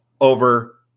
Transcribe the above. over